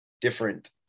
different